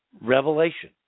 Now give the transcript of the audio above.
revelation